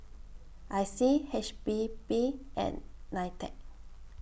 I C H P B and NITEC